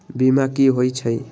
बीमा कि होई छई?